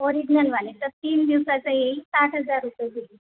ओरिजनलवाले तर तीन दिवसाचं येईल साठ हजार रुपये बिल